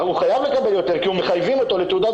הוא חייב לקבל יותר כי מחייבים אותו לתעודת